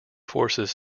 forces